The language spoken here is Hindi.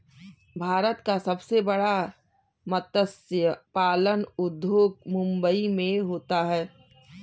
भारत का सबसे बड़ा मत्स्य पालन उद्योग मुंबई मैं होता है